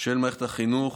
של מערכת החינוך